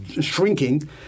shrinking